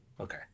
Okay